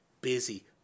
busy